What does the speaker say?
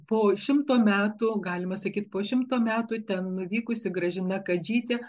po šimto metų galima sakyti po šimto metų ten nuvykusi gražina kadžytė